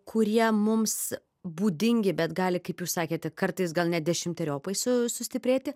kurie mums būdingi bet gali kaip jūs sakėte kartais gal net dešimteriopai su sustiprėti